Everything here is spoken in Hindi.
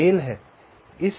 यह मेल है